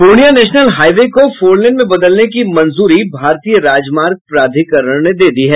Purnia national highway को four lane में बदलने की मंजूरी भारतीय राजमार्ग प्राधिकरण ने दे दी है